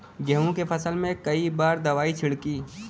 गेहूँ के फसल मे कई बार दवाई छिड़की?